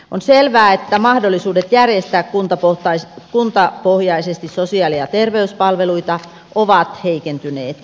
on selvää että mahdollisuudet järjestää kuntapohjaisesti sosiaali ja terveyspalveluita ovat heikentyneet